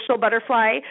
butterfly